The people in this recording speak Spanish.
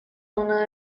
una